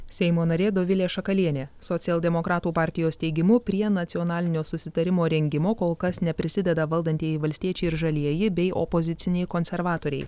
seimo narė dovilė šakalienė socialdemokratų partijos teigimu prie nacionalinio susitarimo rengimo kol kas neprisideda valdantieji valstiečiai ir žalieji bei opoziciniai konservatoriai